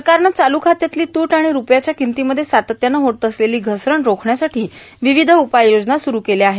सरकारनं चालू खात्यातली तूट आणि रूपयाच्या किमतीमध्ये सातत्यानं होत असलेली घसरण रोखण्यासाठी वेगवेगळ्या उपाययोजना सुरू केल्या आहेत